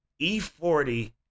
e40